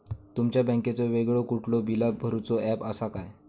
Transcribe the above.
तुमच्या बँकेचो वेगळो कुठलो बिला भरूचो ऍप असा काय?